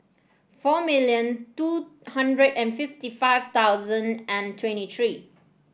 four million two hundred and fifty five thousand twenty three